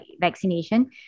vaccination